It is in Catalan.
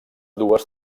dues